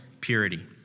purity